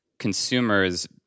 consumers